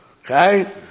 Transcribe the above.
Okay